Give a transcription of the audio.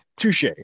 touche